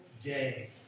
day